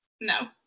No